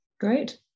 Great